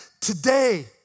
Today